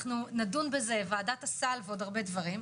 נדון בזה, ועדת הסל ועוד הרבה דברים.